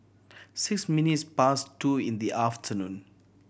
six minutes past two in the afternoon